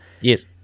Yes